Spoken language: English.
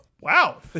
Wow